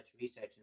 research